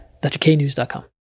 drknews.com